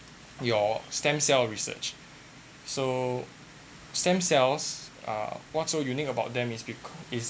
your stem cell research so stem cells are what's so unique about them is because is